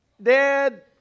Dad